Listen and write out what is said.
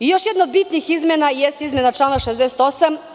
Još jedna od bitnih izmena jeste izmena člana 68.